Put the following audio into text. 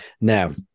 Now